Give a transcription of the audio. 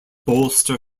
bolster